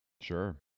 Sure